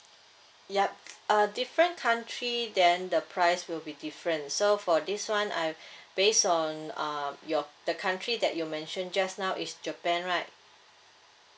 yup uh different country then the price will be different so for this one I based on um your the country that you mentioned just now is japan right